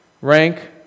rank